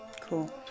Cool